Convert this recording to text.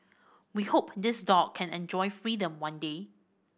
we hope this dog can enjoy freedom one day